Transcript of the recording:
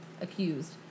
accused